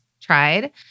tried